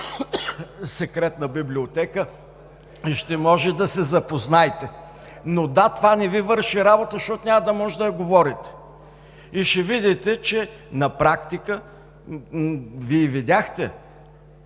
секретна библиотека и ще можете да се запознаете. Но, да – тя не Ви върши работа, защото няма да можете да я говорите и ще видите, че на практика – Вие видяхте,